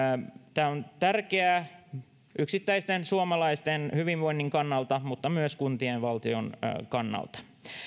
tämä on tärkeää yksittäisten suomalaisten hyvinvoinnin kannalta mutta myös kuntien ja valtion kannalta